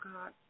God